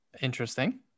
Interesting